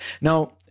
Now